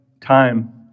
time